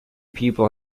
people